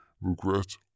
regret